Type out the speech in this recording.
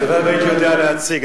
הלוואי שהייתי יודע להציג.